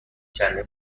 چندین